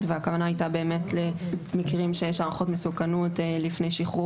והכוונה הייתה למקרים שיש הערכות מסוכנות לפני שחרור